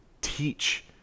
teach